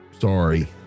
Sorry